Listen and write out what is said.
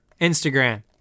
Instagram